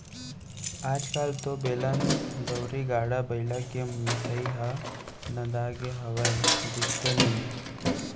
आज कल तो बेलन, दउंरी, गाड़ा बइला के मिसाई ह नंदागे हावय, दिखते नइये